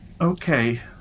Okay